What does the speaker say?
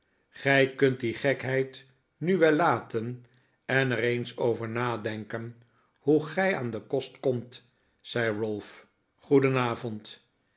gij kunt die gekheid nu wel laten en er eens over nadenken hoe gij aan den kost komt zei ralph goedenavond